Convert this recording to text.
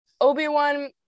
obi-wan